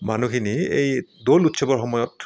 মানুহখিনি এই দৌল উৎসৱৰ সময়ত